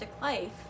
life